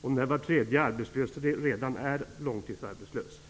och när var tredje arbetslös redan är långtidsarbetslös.